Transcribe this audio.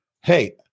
hey